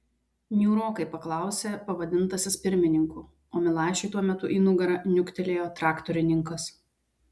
niūrokai paklausė pavadintasis pirmininku o milašiui tuo metu į nugarą niuktelėjo traktorininkas